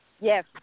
Yes